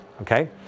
okay